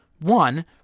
One